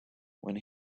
when